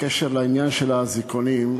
בקשר לעניין של האזיקונים,